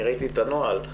אני ראיתי את הנוהל.